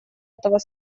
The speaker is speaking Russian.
этого